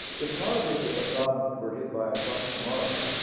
its not as if, if assad were hit by a truck tomorrow